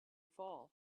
fall